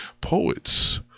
poets